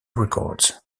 records